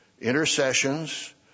intercessions